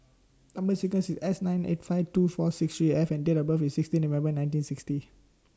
Number sequence IS S nine eight five two four six three F and Date of birth IS sixteen November nineteen sixty